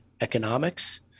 economics